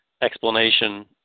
explanation